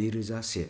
नैरोजा से